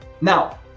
Now